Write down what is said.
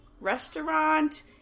restaurant